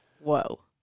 whoa